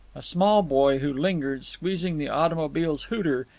a small boy who lingered, squeezing the automobile's hooter,